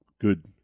good